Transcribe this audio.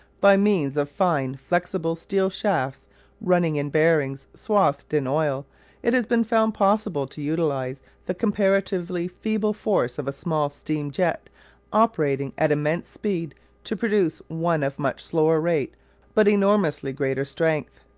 by means of fine flexible steel shafts running in bearings swathed in oil it has been found possible to utilise the comparatively feeble force of a small steam jet operating at immense speed to produce one of much slower rate but enormously greater strength.